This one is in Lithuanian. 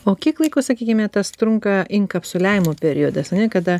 o kiek laiko sakykime tas trunka inkapsuliavimo periodas ane kada